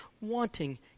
wanting